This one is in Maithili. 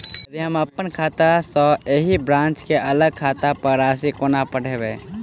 यदि हम अप्पन खाता सँ ओही ब्रांच केँ अलग खाता पर राशि कोना पठेबै?